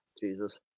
Jesus